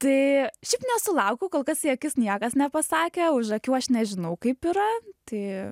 tai šiaip nesulaukiau kol kas į akis niekas nepasakė už akių aš nežinau kaip yra tai